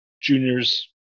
juniors